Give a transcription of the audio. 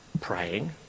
praying